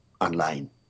online